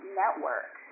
network